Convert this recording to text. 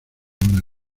una